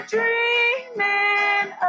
Dreaming